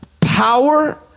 power